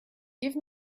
give